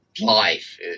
life